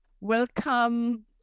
Welcome